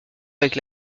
avec